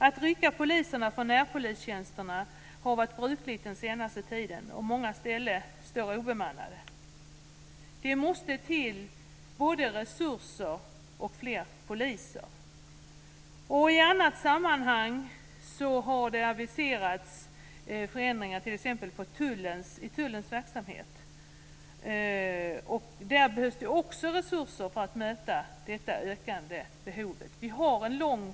Att rycka poliserna från närpolistjänsterna har varit brukligt den senaste tiden, och på många ställen står dessa obemannade. Det måste till både resurser och fler poliser. Det har i andra sammanhang aviserats förändringar t.ex. i tullens verksamhet, och det behövs resurser för att möta de ökande behoven också på detta område.